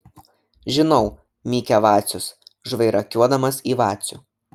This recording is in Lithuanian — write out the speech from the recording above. žinau mykia vacius žvairakiuodamas į vacių